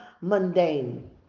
mundane